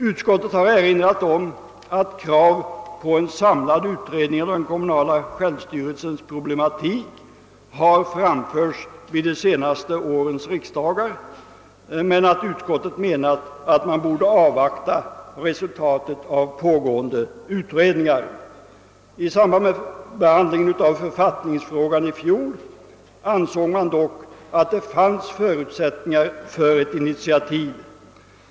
Utskottet har erinrat om att krav på en samlad utredning av den kommunala självstyrelsens problematik har framförts vid de senaste årens riksdagar, men utskottet har menat att man bör avvakta resultatet av pågående utredningar. I samband med behandlingen av författningsfrågan i fjol ansåg man dock att det fanns förutsättningar för ett initiativ.